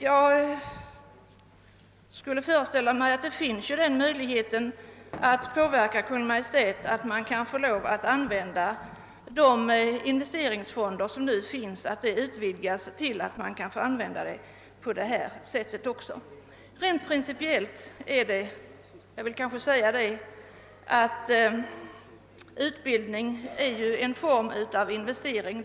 Jag skulle föreställa mig att möjlighet finns att på verka Kungl. Maj:t att bevilja tillstånd till att även på detta sätt använda de investeringsfonder som nu finns. Rent principiellt kan sägas att även utbildning är en form av investering.